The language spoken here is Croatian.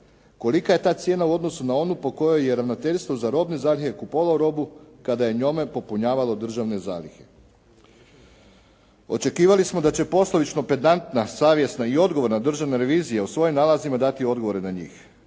Kolika je ta cijena u odnosu na onu po kojoj je Ravnateljstvo za robne zalihe kupovalo robu kada je njome popunjavalo državne zalihe? Očekivali smo da će poslovično pedantna, savjesna i odgovorna državna revizija u svojim nalazima dati odgovore na njih.